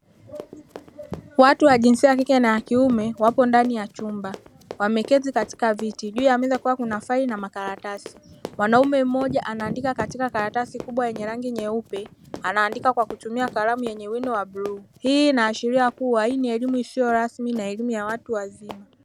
Watu wa jinsia ya kike na ya kiume wapo ndani ya chumba wameketi katika viti juu ya meza kukiwa kuna faili na makaratasi, mwanaume mmoja anaandika katika karatasi kubwa yenye rangi nyeupe, anaandika kwa kutumia karamu yenye wino wa bluu. Hii inaashiria kuwa hii ni elimu isiyo rasmi na elimu ya watu wazima.